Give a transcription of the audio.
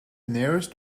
nearest